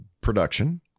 production